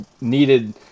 needed